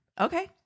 Okay